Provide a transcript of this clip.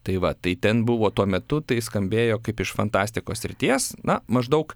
tai va tai ten buvo tuo metu tai skambėjo kaip iš fantastikos srities na maždaug